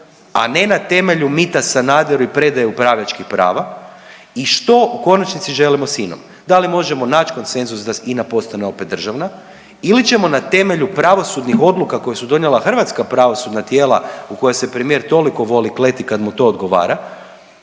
a ne na temelju mita Sanaderu i predaje upravljačkih prava i što u konačnici želimo s Inom? Da li možemo nać konsenzus da INA postane opet državna ili ćemo na temelju pravosudnih odluka koje su donijela hrvatska pravosudna tijela u koja se premijer toliko voli kleti kad mu to odgovara,